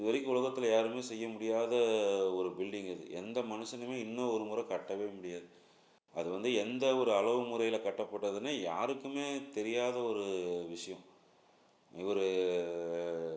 இது வரைக்கும் உலகத்தில் யாருமே செய்ய முடியாத ஒரு பில்டிங் அது எந்த மனுசனுமே இன்னும் ஒரு முறை கட்டவே முடியாது அது வந்து எந்த ஒரு அளவு முறையில் கட்டப்பட்டதுன்னு யாருக்குமே தெரியாத ஒரு விஷயம் இவர்